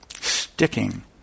sticking